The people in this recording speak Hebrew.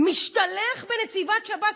משתלח בנציבת שב"ס.